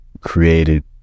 created